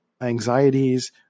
anxieties